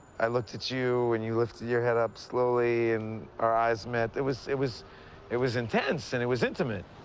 i looked at you, and you lifted your head up slowly, and our eyes met. it was it was it was intense, and it was intimate.